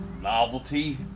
Novelty